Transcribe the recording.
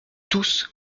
tous